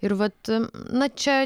ir vat na čia